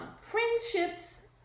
friendships